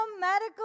medical